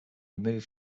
removed